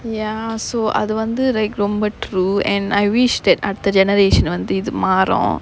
ya so அது வந்து:athu vanthu like ரொம்ப:romba true and I wish that அடுத்த:adutha generation வந்து இது மாறும்:vanthu ithu maarum